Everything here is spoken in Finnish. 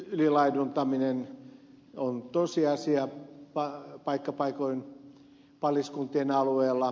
ylilaiduntaminen on tosiasia paikka paikoin paliskuntien alueella